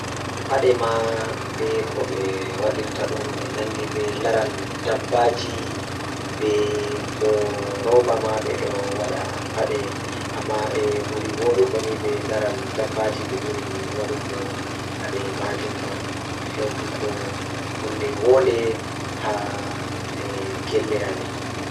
Njamaaji goɗɗo ɗum ko laamu, waɗata faggude keɓe jom ɓe njiddaade naatnde. Ko laamu ngal ngadda e hoore ɗum tawa keɓe ngam njamaaji hoore nguuɗo. Njamaaji koɗɗo, ndi njamaaji rewɓe njiddaade haɓɓude ngal. Ko middo rewɓe njiddaade rewɓe fiyaangu